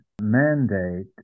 mandate